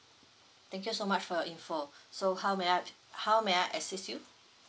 thank you so much for your info so how may I how may I assist you